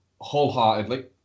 wholeheartedly